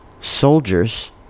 Soldiers